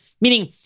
meaning